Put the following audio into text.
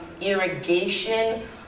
irrigation